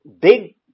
big